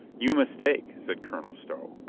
you mistake, said colonel stow.